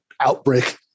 outbreak